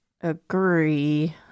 agree